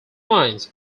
also